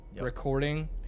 recording